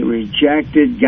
rejected